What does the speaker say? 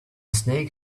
snake